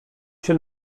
się